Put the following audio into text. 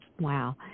Wow